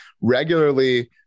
regularly